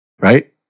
right